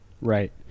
right